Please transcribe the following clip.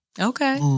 Okay